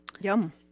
Yum